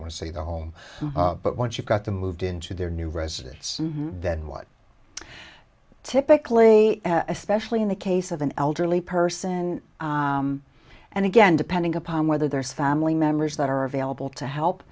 say the home but once you've got the moved into their new residence then what typically especially in the case of an elderly person and again depending upon whether there's family members that are available to help